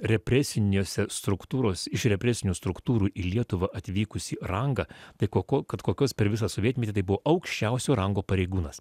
represinėse struktūros iš represinių struktūrų į lietuvą atvykusį rangą tai ko ko kad kol kas per visą sovietmetį tai buvo aukščiausio rango pareigūnas